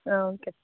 ಹಾಂ ಓಕೆ